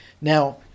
Now